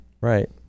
Right